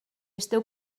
esteu